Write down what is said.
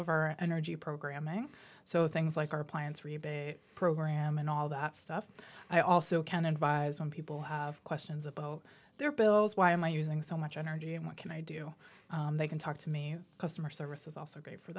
our energy programming so things like our plants rebate program and all that stuff i also can advise when people have questions about their bills why am i using so much energy and what can i do they can talk to me customer service is also great for